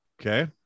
Okay